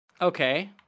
Okay